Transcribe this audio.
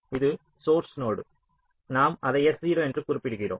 இது source node நாம் அதை s0 என்று குறிப்பிடுகிறோம்